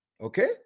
Okay